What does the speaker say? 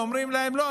אומרים להם: לא,